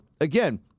again